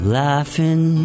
laughing